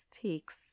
takes